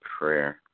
prayer